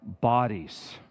bodies